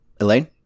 Elaine